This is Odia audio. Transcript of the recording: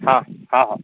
ହଁ ହଁ ହଁ